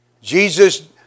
Jesus